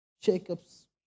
Jacob's